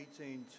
18